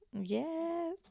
Yes